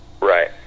Right